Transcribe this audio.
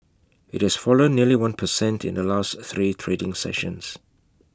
IT has fallen nearly one per cent in the last three trading sessions